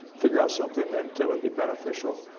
figure out something that would be beneficial.